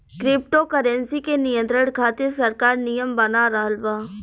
crypto currency के नियंत्रण खातिर सरकार नियम बना रहल बा